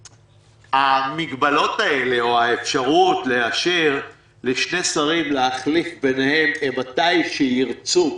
המגבלות האלה או האפשרות לאשר לשני שרים להחליף ביניהם מתי שירצו,